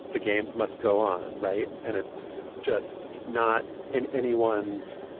the games must go on. right. and it's just not in anyone's,